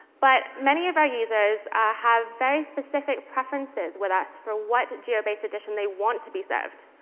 but many of our users have very specific preferences with us for what geo based edition they want to be served.